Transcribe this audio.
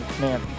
man